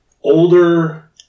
older